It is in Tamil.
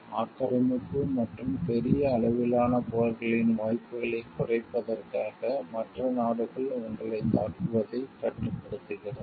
ஆக்கிரமிப்பு மற்றும் பெரிய அளவிலான போர்களின் வாய்ப்புகளை குறைப்பதற்காக மற்ற நாடுகள் உங்களைத் தாக்குவதைக் கட்டுப்படுத்துகிறது